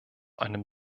einem